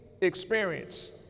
experience